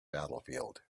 battlefield